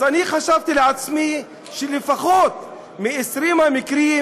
אני חשבתי לעצמי שלפחות מתוך 20 המקרים,